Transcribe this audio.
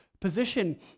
position